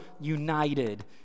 united